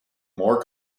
more